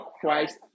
Christ